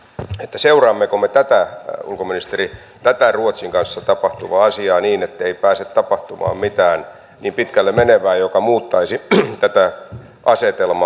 minä kysyisin seuraammeko me ulkoministeri tätä ruotsin kanssa tapahtuvaa asiaa niin ettei pääse tapahtumaan mitään niin pitkälle menevää joka muuttaisi tätä asetelmaa